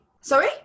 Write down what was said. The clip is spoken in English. Sorry